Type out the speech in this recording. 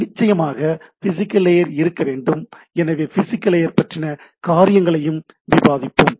நிச்சயமாக physical layer இருக்க வேண்டும் எனவே பிசிகல் லேயர் பற்றின காரியங்களையும் விவாதிப்போம்